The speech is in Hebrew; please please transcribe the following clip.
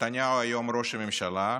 נתניהו היום הוא ראש הממשלה,